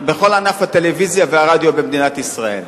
בכל ענף הטלוויזיה והרדיו במדינת ישראל.